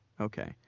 Okay